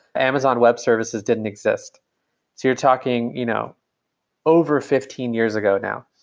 amazon web services didn't exist. so you're talking you know over fifteen years ago now,